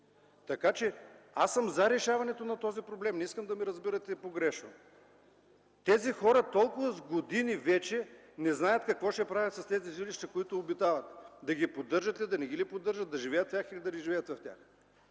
активи. Аз съм за решаването на този проблем, не искам да ме разбирате погрешно. Тези хора толкова години вече не знаят какво ще правят с тези жилища, които обитават – да ги поддържат ли, да не ги ли поддържат, да живеят ли в тях, или да не живеят в тях.